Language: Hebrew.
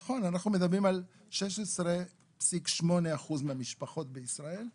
נכון, אנחנו מדברים על 16.8% מהמשפחות בישראל.